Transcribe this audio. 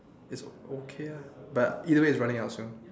it's okay lah but either way it's running out soon